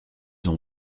ont